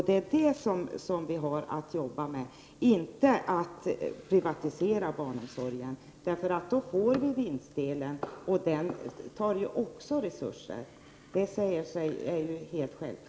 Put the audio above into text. Det är det som vi har att arbeta med, inte att privatisera barnomsorgen. Det säger sig självt att om vinstdelen kommer med, tar ju den också resurser i anspråk.